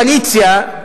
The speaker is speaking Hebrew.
הקואליציה,